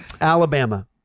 Alabama